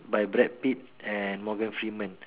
by brad-pitt and morgan-freeman